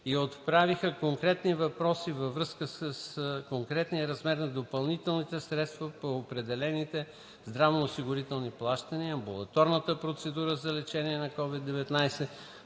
и отправиха конкретни въпроси във връзка с конкретния размер на допълнителните средства по отделните здравноосигурителни плащания, амбулаторната процедура за лечение на COVID-19